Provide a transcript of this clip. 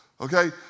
Okay